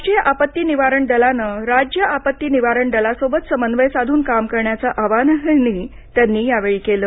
राष्ट्रीय आपत्ती निवारण दलानं राज्य आपत्ती निवारण दलासोबत समन्वय साधून काम करण्याचं आवाहनही त्यांनी यावेळी केलं